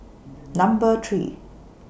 Number three